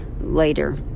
later